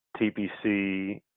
TPC